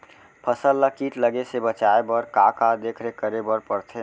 फसल ला किट लगे से बचाए बर, का का देखरेख करे बर परथे?